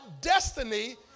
destiny